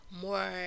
more